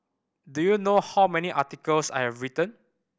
do you know how many articles I've written